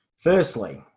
Firstly